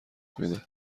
میده